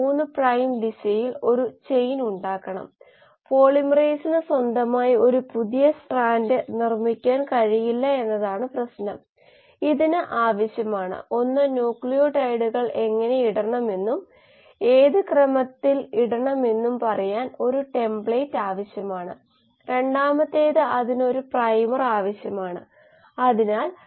വളർച്ചയുമായി ബന്ധപ്പെട്ട പ്രക്രിയകളിൽ നമ്മൾ താൽപ്പര്യപ്പെടുന്നുവെങ്കിൽ വളർച്ച ഉൽപ്പന്ന രൂപീകരണം ഒരു ബയോറിയാക്ടറുടെ കാര്യത്തിൽ തീർച്ചയായും അത്തരം പ്രക്രിയകളിൽ മാത്രമേ നമുക്ക് താൽപ്പര്യമുള്ളൂ അത്തരമൊരു സാഹചര്യത്തിൽ ഇൻട്രാസെല്ലുലാർ മെറ്റാബോലൈറ്റ് സമയത്തോടൊപ്പം പൂജ്യമാകും അല്ലെങ്കിൽ ഈ പ്രക്രിയ സ്ഥിരതയുള്ള അവസ്ഥയിലായിരിക്കും